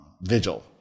vigil